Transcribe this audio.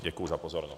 Děkuji za pozornost.